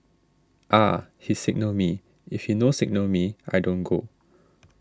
he signal me if he no signal me I don't go